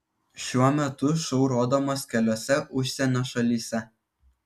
šiuo metu šou rodomas keliose užsienio šalyse